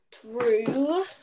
true